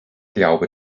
glaube